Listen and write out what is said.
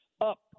Up